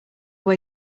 way